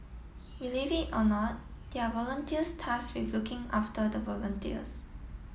believe it or not there are volunteers tasked with looking after the volunteers